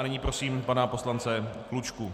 Nyní prosím pana poslance Klučku.